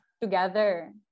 together